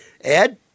ed